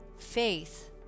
faith